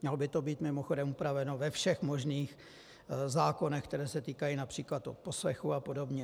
Mělo by to být mimochodem upraveno ve všech možných zákonech, které se týkají například odposlechů a podobně.